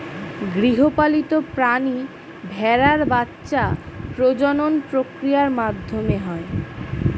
গৃহপালিত প্রাণী ভেড়ার বাচ্ছা প্রজনন প্রক্রিয়ার মাধ্যমে হয়